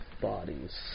bodies